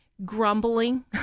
Grumbling